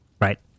Right